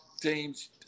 teams